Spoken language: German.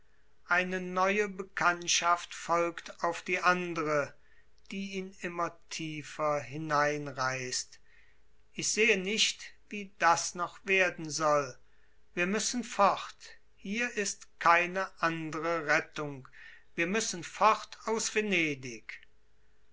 eine neue bekanntschaft folgt auf die andre die ihn immer tiefer hineinreißt ich sehe nicht wie das noch werden soll wir müssen fort hier ist keine andre rettung wir müssen fort